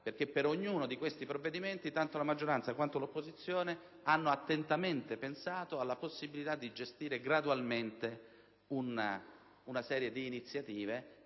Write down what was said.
perché per ognuno di questi provvedimenti sia la maggioranza che l'opposizione hanno attentamente considerato la possibilità di gestire gradualmente una serie di iniziative